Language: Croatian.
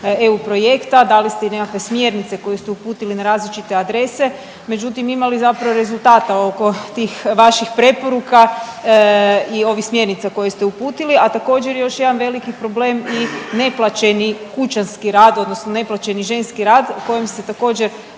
EU projekta, dali ste i nekakve smjernice koje ste uputili na različite adrese, međutim, ima li zapravo rezultata oko tih vaših preporuka i ovih smjernica koje ste uputili? A također, još jedan veliki problem i neplaćeni kućanski rad, odnosno neplaćeni ženski rad kojim se također,